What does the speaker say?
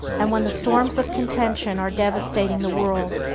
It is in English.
and when the storms of contention are devastating the world,